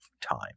time